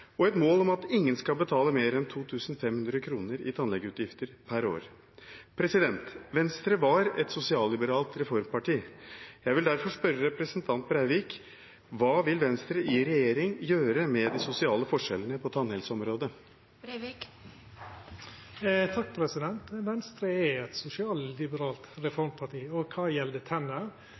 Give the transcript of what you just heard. og et mål om at ingen skal betale mer enn 2 500 kr i tannlegeutgifter per år. Venstre var et sosialliberalt reformparti. Jeg vil derfor spørre representanten Breivik: Hva vil Venstre i regjering gjøre med de sosiale forskjellene på tannhelseområdet? Venstre er eit sosialliberalt reformparti.